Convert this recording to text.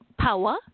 power